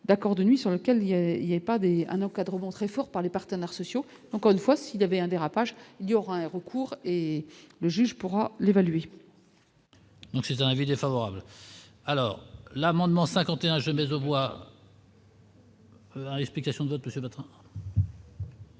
d'accord, de nuit, sur lequel il y a, il y a pas des un encadrement très fort par les partenaires sociaux, encore une fois, s'il y avait un dérapage, il y aura un recours et le juge pour l'évaluer. Donc c'est un avis défavorable, alors l'amendement 51 jamais bois. Explications de tous, c'est notre.